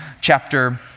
chapter